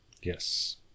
Yes